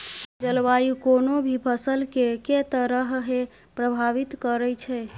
जलवायु कोनो भी फसल केँ के तरहे प्रभावित करै छै?